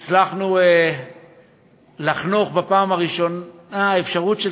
הצלחנו לחנוך בפעם הראשונה אפשרות של